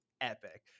epic